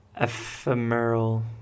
Ephemeral